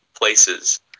places